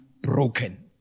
broken